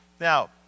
Now